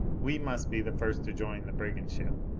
we must be the first to join the brigand ship.